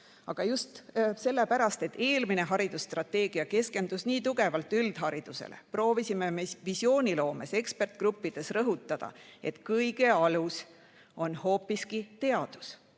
Aga just sellepärast, et eelmine haridusstrateegia keskendus nii tugevalt üldharidusele, proovisime me visiooniloome puhul ekspertgruppides rõhutada, et kõige alus on hoopiski teadus